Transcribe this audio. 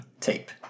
tape